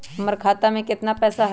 हमर खाता में केतना पैसा हई?